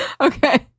Okay